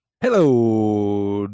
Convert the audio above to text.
Hello